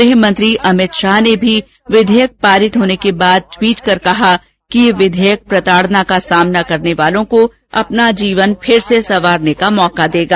गृहमंत्री अमित शाह ने भी विधेयक पारित होने के बाद टवीट कर कहा कि यह विधेयक प्रताडना का सामना करने वालों को अपना जीवन फिर से संवारने का अवसर देगा